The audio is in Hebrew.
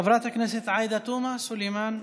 חברת הכנסת עאידה תומא סלימאן,